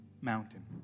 mountain